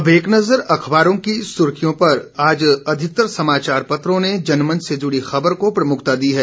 अब एक नजर अखबारों की सुर्खियों पर आज अधिकतर समाचापत्रों ने जनमंच से जुड़ी खबर को प्रमुखता दी है